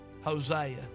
Hosea